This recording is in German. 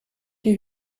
die